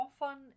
often